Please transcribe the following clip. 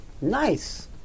Nice